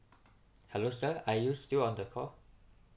hello sir are you still on the call